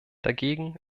dagegen